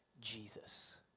Jesus